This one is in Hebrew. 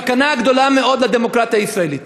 סכנה גדולה מאוד לדמוקרטיה הישראלית.